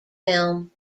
film